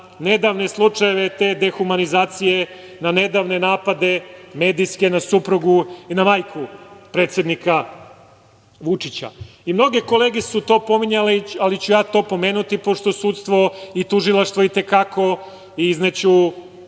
na nedavne slučajeve te dehumanizacije, na nedavne napade medijske na suprugu i na majku predsednika Vučića. Mnoge kolege su to pominjale, ali ću ja to pomenuti, pošto sudstvo i tužilaštvo i te kako, izneću